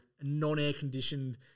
non-air-conditioned